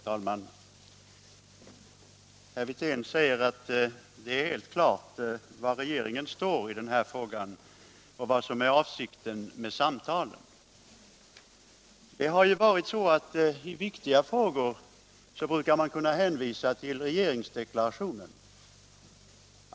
Herr talman! Herr Wirtén säger att det är helt klart var regeringen står i den här frågan och vad som är avsikten med samtalen. I viktiga frågor brukar man kunna hänvisa till regeringsdeklarationen.